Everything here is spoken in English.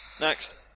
Next